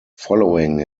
following